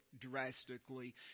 drastically